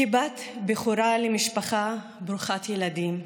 כבת בכורה למשפחה ברוכת ילדים,